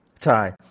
Tie